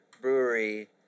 Brewery